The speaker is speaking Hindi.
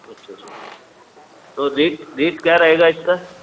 अच्छा अच्छा तो रेट रेट क्या रहेगा इसका